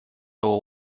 will